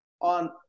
on